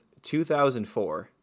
2004